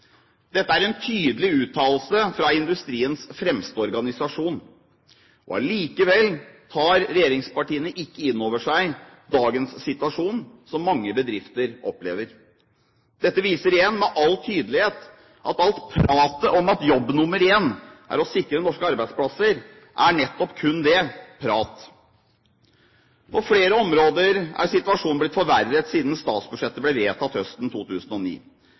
Dette er en tydelig uttalelse fra industriens fremste organisasjon. Allikevel tar regjeringspartiene ikke inn over seg dagens situasjon som mange bedrifter opplever. Dette viser igjen med all tydelighet at alt pratet om at jobb nummer én er å sikre norske arbeidsplasser, er nettopp kun det – prat. På flere områder er situasjonen blitt forverret siden statsbudsjettet ble vedtatt høsten 2009.